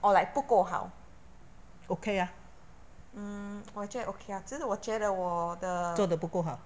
做得不够好